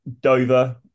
Dover